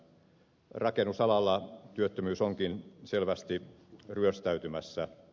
rakennusalalla työttömyys onkin selvästi ryöstäytymässä